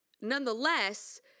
nonetheless